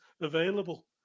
available